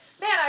man